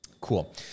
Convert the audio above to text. cool